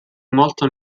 molto